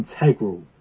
integral